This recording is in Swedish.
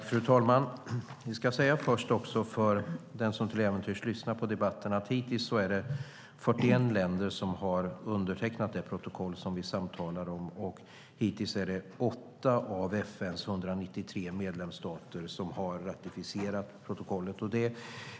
Fru talman! Jag ska säga till dem som till äventyrs lyssnar på debatten att hittills har 41 länder undertecknat det protokoll vi samtalar om. Hittills har åtta av FN:s 193 medlemsstater ratificerat protokollet.